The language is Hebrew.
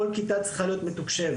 כל כיתה צריכה להיות מתוקשבת,